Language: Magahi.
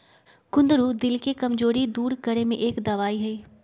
कुंदरू दिल के कमजोरी दूर करे में एक दवाई हई